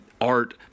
art